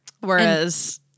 Whereas